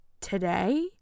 today